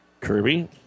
Kirby